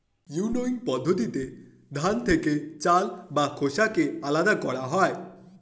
winnowing পদ্ধতিতে ধান থেকে চাল ও খোসাকে আলাদা করা হয়